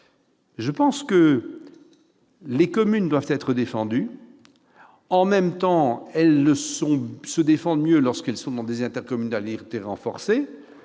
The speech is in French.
de Strasbourg. Les communes doivent être défendues. En même temps, elles se défendent mieux lorsqu'elles sont dans des intercommunalités renforcées,